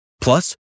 Plus